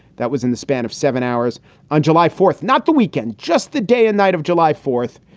that was in the span of seven hours on july fourth. not the weekend, just the day and night of july fourth.